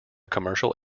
commercial